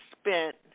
spent